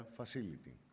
facility